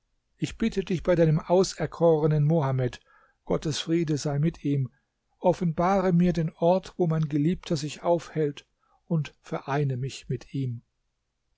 ich bitte dich bei deinem auserkorenen mohammed gottes friede sei mit ihm offenbare mir den ort wo mein geliebter sich aufhält und vereine mich mit ihm